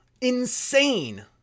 Insane